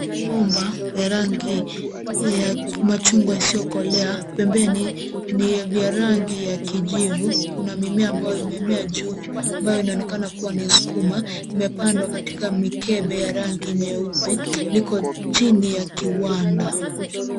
Nyumba vya rangi ya machungwa isiokolea, pembeni ni vya rangi ya kijivu. Kuna mimea ambao imemea juu ambaye inaonekana kuwa ni sukuma, imepandwa katika mikabe ya rangi nyeupe, liko jini ya kiwanda.